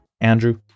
Andrew